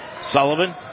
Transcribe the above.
Sullivan